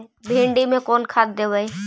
भिंडी में कोन खाद देबै?